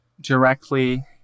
directly